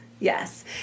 Yes